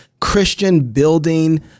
Christian-building